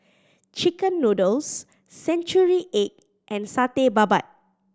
chicken noodles century egg and Satay Babat